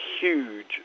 huge